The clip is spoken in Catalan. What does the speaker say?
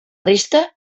resta